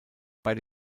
beide